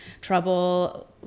trouble